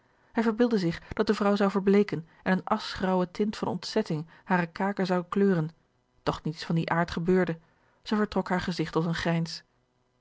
hij verbeeldde zich dat de vrouw zou verbleeken en eene aschgraauwe tint van ontzetting hare kaken zou kleuren doch niets van dien aard gebeurde zij vertrok haar gezigt tot een grijns